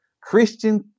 christian